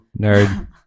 Nerd